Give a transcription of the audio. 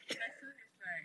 bison is like